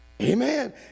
Amen